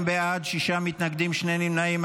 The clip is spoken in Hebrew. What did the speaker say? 40 בעד, שישה מתנגדים, שני נמנעים.